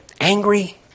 angry